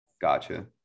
Gotcha